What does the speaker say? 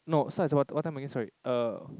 no starts at what time what time again sorry err